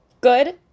Good